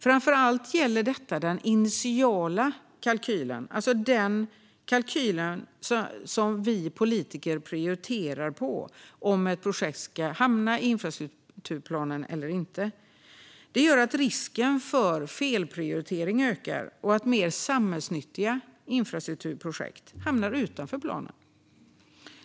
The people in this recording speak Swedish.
Framför allt gäller detta den initiala kalkylen, alltså den kalkyl enligt vilken vi politiker prioriterar om ett projekt ska hamna i infrastrukturplanen eller inte. Det gör att risken för felprioritering ökar och att mer samhällsnyttiga infrastrukturprojekt hamnar utanför planen.